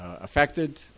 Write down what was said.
affected